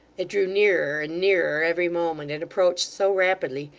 it drew nearer and nearer every moment, and approached so rapidly,